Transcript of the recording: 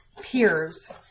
peers